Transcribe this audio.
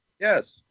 Yes